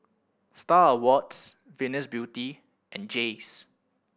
Star Awards Venus Beauty and Jays